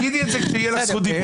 תגידי את זה כשתהיה לך זכות דיבור.